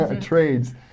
trades